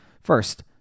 first